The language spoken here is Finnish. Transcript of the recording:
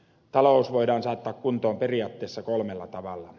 talous voidaan saattaa kuntoon periaatteessa kolmella tavalla